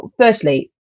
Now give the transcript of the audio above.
firstly